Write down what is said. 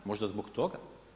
Možda zbog toga?